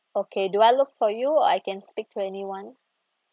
okay do I look for you or I can speak to anyone